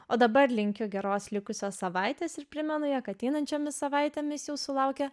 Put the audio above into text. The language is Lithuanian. o dabar linkiu geros likusios savaitės ir primenu jog ateinančiomis savaitėmis jūsų laukia